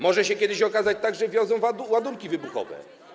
Może się kiedyś okazać tak, że wwiozą ładunki wybuchowe.